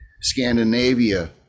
Scandinavia